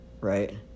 right